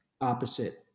opposite